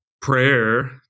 prayer